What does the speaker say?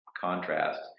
contrast